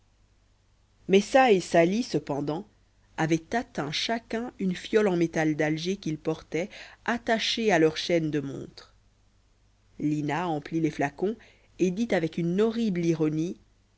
messa et sali cependant avaient atteint chacun une fiole en métal d'alger qu'ils portaient attachée à leur chaîne de montre lina emplit les flacons et dit avec une horrible ironie